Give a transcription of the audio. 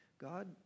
God